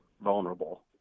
vulnerable